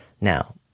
Now